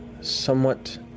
somewhat